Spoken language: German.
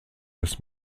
des